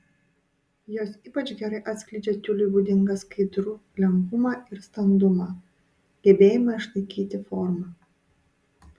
jos ypač gerai atskleidžia tiuliui būdingą skaidrų lengvumą ir standumą gebėjimą išlaikyti formą